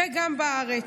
וגם בארץ.